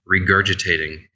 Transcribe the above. regurgitating